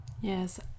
Yes